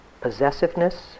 possessiveness